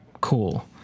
cool